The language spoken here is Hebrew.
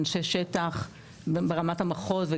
אנשי שטח ברמת המחוז,